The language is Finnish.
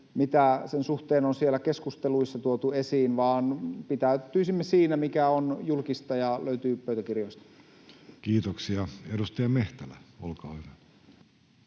mitä sen suhteen on siellä keskusteluissa tuotu esiin, vaan pitäytyisimme siinä, mikä on julkista ja löytyy pöytäkirjoista. Kiitoksia. — Edustaja Mehtälä, olkaa hyvä.